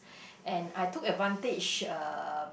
and I took advantage uh